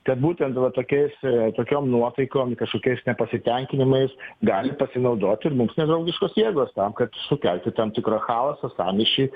kad būtent tokiais e tokiom nuotaikom kažkokiais nepasitenkinimais gali pasinaudoti mums nedraugiškos jėgos tam kad sukelti tam tikrą chaosą sąmyšį